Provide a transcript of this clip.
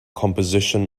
composition